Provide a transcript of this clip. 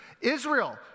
Israel